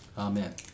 Amen